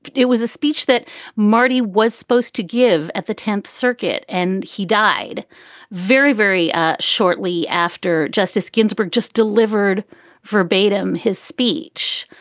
it was a speech that marty was supposed to give at the tenth circuit. and he died very, very ah shortly after justice ginsburg just delivered verbatim his speech.